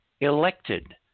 elected